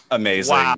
Amazing